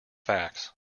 facts